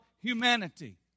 humanity